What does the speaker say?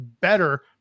better